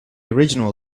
original